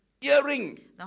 Earring